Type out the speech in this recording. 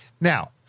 Now